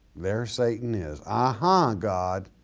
there satan is, aha god,